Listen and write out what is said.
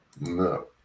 No